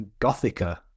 Gothica